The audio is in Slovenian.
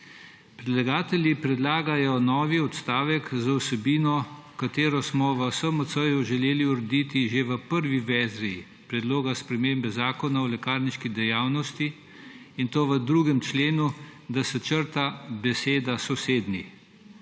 Predlagatelji predlagajo nov odstavek z vsebino, ki smo jo v SMC želeli urediti že v prvi verziji predloga spremembe zakona o lekarniški dejavnosti, in to v 2. členu, da se črta beseda «sosednji«.